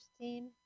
team